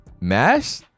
mash